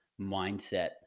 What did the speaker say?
mindset